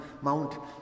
Mount